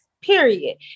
period